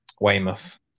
Weymouth